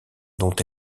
dont